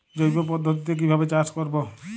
জৈব পদ্ধতিতে কিভাবে চাষ করব?